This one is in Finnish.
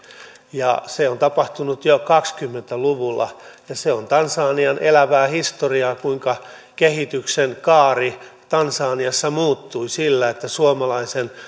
se on tapahtunut jo kaksikymmentä luvulla ja se on tansanian elävää historiaa kuinka kehityksen kaari tansaniassa muuttui sillä että suomalaisin